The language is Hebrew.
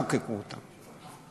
חוקקנו אותם.